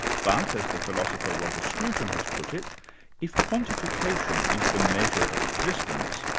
but, as the philosopher roger scruton has put it if quantification is the measure of existence,